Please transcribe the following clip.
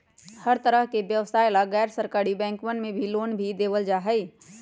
हर तरह के व्यवसाय ला गैर सरकारी बैंकवन मे लोन भी देवल जाहई